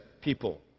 people